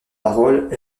parole